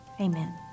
amen